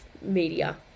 media